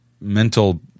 mental